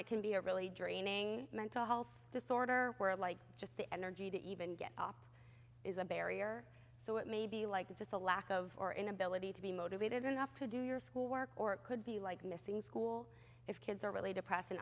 can be a really draining mental health disorder where like just the energy to even get up is a barrier so it may be like that just a lack of or inability to be motivated enough to do your schoolwork or it could be like missing school if kids are really depress